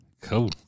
Cool